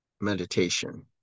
meditation